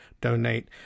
donate